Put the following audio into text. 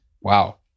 Wow